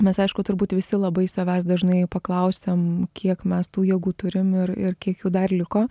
mes aišku turbūt visi labai savęs dažnai paklausiam kiek mes tų jėgų turim ir ir kiek jų dar liko